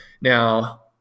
Now